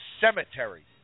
cemetery